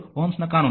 Ω ನ ಕಾನೂನು